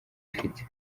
ifite